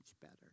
better